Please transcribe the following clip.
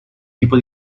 tipo